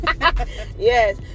Yes